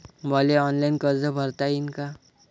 मले ऑनलाईन कर्ज भरता येईन का?